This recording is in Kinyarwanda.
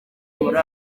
muri